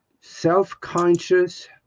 self-conscious